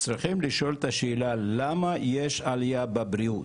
צריך לשאול את השאלה למה יש עלייה בבריאות?